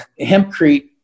hempcrete